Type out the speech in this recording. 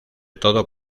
todo